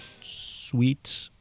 sweet